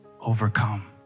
overcome